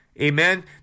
Amen